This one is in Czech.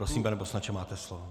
Prosím, pane poslanče, máte slovo.